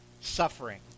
suffering